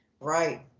Right